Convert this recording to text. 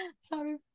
Sorry